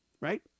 right